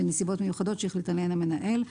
בנסיבות מיוחדות שהחליט עליהן המנהל,